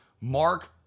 Mark